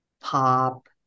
pop